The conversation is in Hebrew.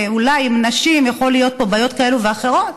ואולי עם נשים יכולות להיות פה בעיות כאלה ואחרות,